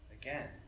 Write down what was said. Again